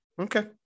Okay